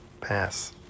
Pass